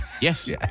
Yes